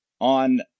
on